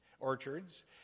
orchards